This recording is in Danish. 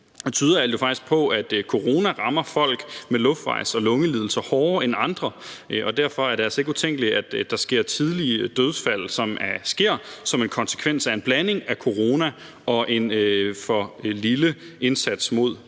alt jo faktisk på, at corona rammer folk med luftvejs- og lungelidelser hårdere end andre, og derfor er det altså ikke utænkeligt, at der sker tidlige dødsfald som en konsekvens af en blanding af corona og en for lille indsats mod